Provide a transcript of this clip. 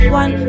one